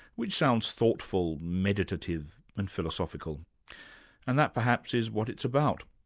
which sounds thoughtful, mediative and philosophical and that perhaps is what it's about,